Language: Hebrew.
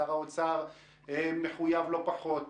שר האוצר מחויב לא פחות,